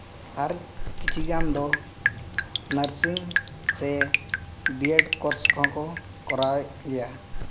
ᱟᱨ ᱠᱤᱪᱷᱤ ᱜᱟᱱ ᱫᱚ ᱱᱟᱨᱥᱤᱝ ᱥᱮ ᱵᱤᱭᱮᱰ ᱠᱳᱨᱥ ᱠᱚᱦᱚᱸ ᱠᱚ ᱠᱚᱨᱟᱣᱮᱫ ᱜᱮᱭᱟ